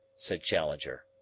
said challenger,